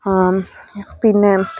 പിന്നെ